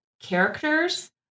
characters